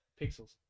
Pixels